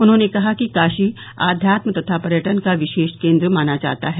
उन्हॉने कहा कि काशी आध्यात्म तथा पर्यटन का विशेष केन्द्र माना जाता है